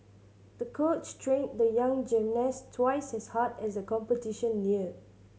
the coach trained the young gymnast twice as hard as the competition neared